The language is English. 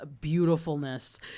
beautifulness